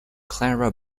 clara